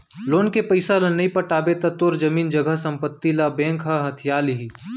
loan के पइसा ल नइ पटाबे त तोर जमीन जघा संपत्ति मन ल बेंक ह हथिया लिही